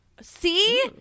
See